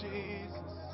Jesus